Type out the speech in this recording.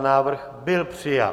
Návrh byl přijat.